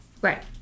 Right